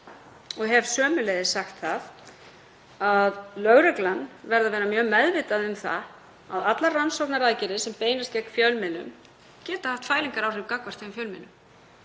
og hef sömuleiðis sagt það, að lögreglan verður að vera mjög meðvituð um það að allar rannsóknaraðgerðir sem beinast gegn fjölmiðlum geta haft fælingaráhrif gagnvart þeim fjölmiðlum